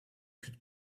could